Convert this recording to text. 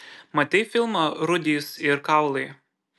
matei filmą rūdys ir kaulai